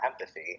empathy